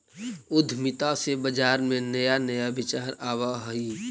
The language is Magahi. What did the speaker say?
उद्यमिता से बाजार में नया नया विचार आवऽ हइ